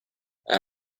out